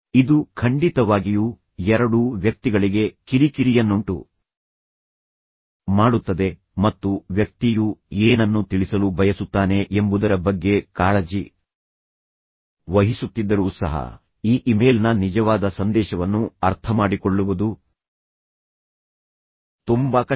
ಇದು ಖಂಡಿತವಾಗಿಯೂ ಎರಡೂ ವ್ಯಕ್ತಿಗಳಿಗೆ ಕಿರಿಕಿರಿಯನ್ನುಂಟು ಮಾಡುತ್ತದೆ ಮತ್ತು ವ್ಯಕ್ತಿಯು ಏನನ್ನು ತಿಳಿಸಲು ಬಯಸುತ್ತಾನೆ ಎಂಬುದರ ಬಗ್ಗೆ ಕಾಳಜಿ ವಹಿಸುತ್ತಿದ್ದರೂ ಸಹ ಈ ಇಮೇಲ್ನ ನಿಜವಾದ ಸಂದೇಶವನ್ನು ಅರ್ಥಮಾಡಿಕೊಳ್ಳುವುದು ತುಂಬಾ ಕಷ್ಟ